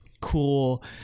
cool